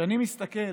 כשאני מסתכל